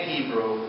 Hebrew